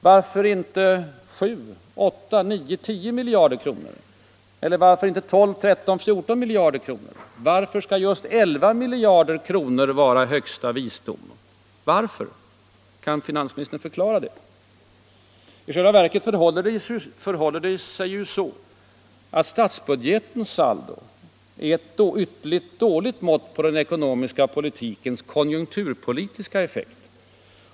Varför inte 7, 8, 9 eller 10 miljarder kronor? Eller varför inte 12 eller 13 miljarder kronor? Varför skall just 11 miljarder kronor vara högsta visdom? Kan finansministern förklara det? I själva verket förhåller det sig ju så att statsbudgetens saldo är ett ytterligt dåligt mått på den ekonomiska politikens konjunkturpolitiska effekt.